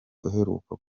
uheruka